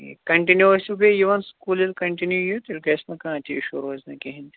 یہِ کَنٹِنیوس چھُ بیٚیہِ یِوان سکول ییٚلہِ کَنٹِنیو یِیو تیٚلہِ گَژھنہٕ کانٛہہ تہِ اِشوٗ روزِ نہٕ کِہیٖنٛۍ تہِ